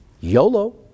YOLO